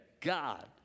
God